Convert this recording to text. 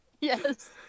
Yes